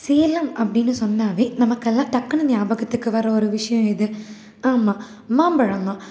சேலம் அப்படின்னு சொன்னால் நமக்கெல்லாம் டக்குனு நியாபகத்துக்கு வர ஒரு விஷயம் எது ஆமாம் மாம்பழந்தான்